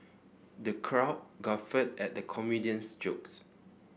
the crowd guffawed at the comedian's jokes